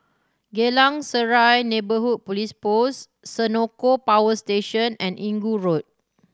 Geylang Serai Neighbourhood Police Post Senoko Power Station and Inggu Road